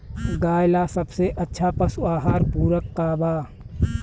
गाय ला सबसे अच्छा पशु आहार पूरक का बा?